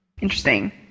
Interesting